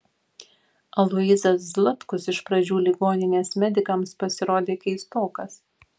aloyzas zlatkus iš pradžių ligoninės medikams pasirodė keistokas